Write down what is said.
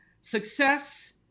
Success